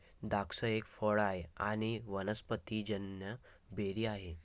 द्राक्ष एक फळ आणी वनस्पतिजन्य बेरी आहे